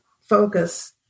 focus